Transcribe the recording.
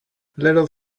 little